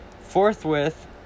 Forthwith